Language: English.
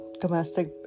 domestic